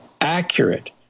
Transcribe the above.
accurate